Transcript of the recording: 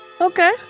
Okay